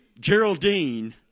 Geraldine